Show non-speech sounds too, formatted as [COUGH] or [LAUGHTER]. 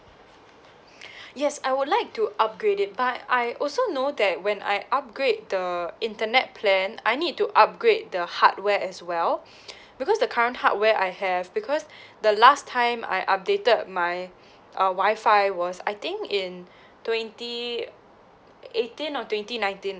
[BREATH] yes I would like to upgrade it but I also know that when I upgrade the internet plan I need to upgrade the hardware as well [BREATH] because the current hardware I have because the last time I updated my uh wifi was I think in twenty [NOISE] eighteen or twenty nineteen